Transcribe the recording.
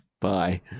Bye